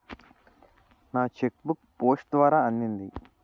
నా cheque book post ద్వారా అందింది